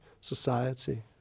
society